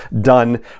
done